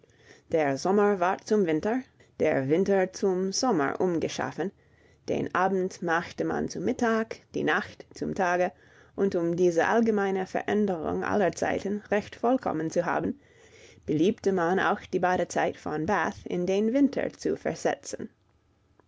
der sommer ward zum winter der winter zum sommer umgeschaffen den abend machte man zum mittag die nacht zum tage und um diese allgemeine veränderung aller zeiten recht vollkommen zu haben beliebte man auch die badezeit von bath in den winter zu versetzen